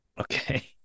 Okay